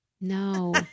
No